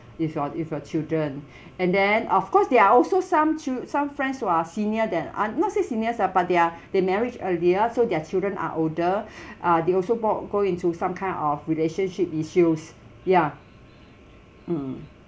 with your with your children and then of course there are also some chil~ some friends who are senior than un~ not say seniors lah but they're they marriage earlier so their children are older uh they also bought go into some kind of relationship issues ya mm